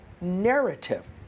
narrative